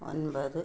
ഒമ്പത്